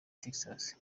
texas